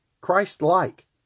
Christ-like